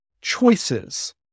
choices